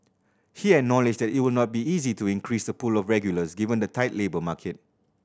he acknowledged that it will not be easy to increase the pool of regulars given the tight labour market